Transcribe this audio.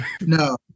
No